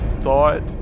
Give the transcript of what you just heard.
thought